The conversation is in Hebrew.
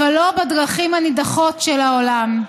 אבל לא בדרכים הנידחות של העולם.